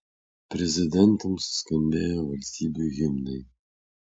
prezidentams skambėjo valstybių himnai